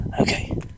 Okay